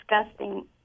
disgusting